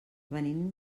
venim